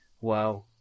Wow